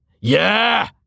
Yeah